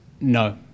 no